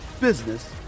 business